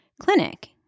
clinic